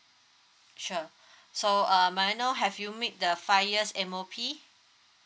sure so err may I know have you make the five years M_O_P